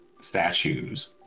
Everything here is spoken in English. statues